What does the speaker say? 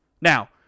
Now